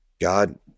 God